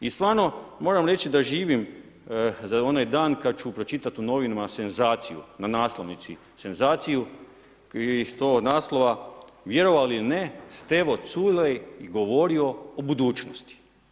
I stvarno moram reći da živim za onaj dan kad ću pročitat u novinama senzaciju na naslovnici, senzaciju iz tog naslova – Vjerovali ili ne Stevo Culej govorio o budućnosti.